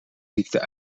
ziekte